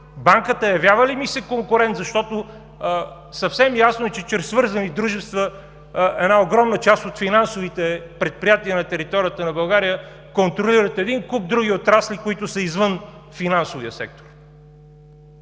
Банката явява ли ми се конкурент, защото съвсем ясно е, че чрез свързани дружества огромна част от финансовите предприятия на територията на България контролират един куп други отрасли, които са извън финансовия сектор.